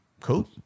cool